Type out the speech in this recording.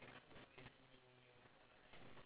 blessing the food